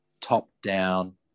top-down